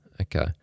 Okay